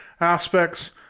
aspects